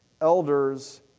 Elders